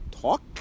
talk